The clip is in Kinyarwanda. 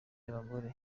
y’abagore